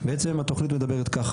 בעצם התכנית מדברת ככה,